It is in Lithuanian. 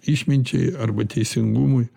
išminčiai arba teisingumui